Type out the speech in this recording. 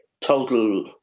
total